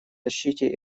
защите